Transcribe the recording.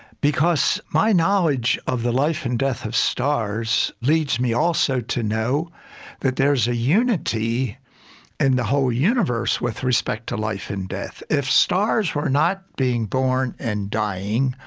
because my knowledge of the life and death of stars leads me also to know that there's a unity in the whole universe with respect to life and death. if stars were not being born and dying,